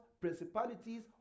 principalities